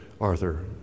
Arthur